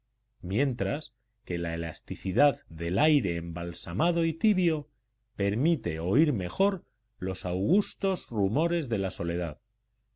mientras que la elasticidad del aire embalsamado y tibio permite oír mejor los augustos rumores de la soledad